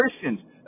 Christians